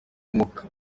umwuka